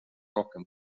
rohkem